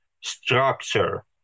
structure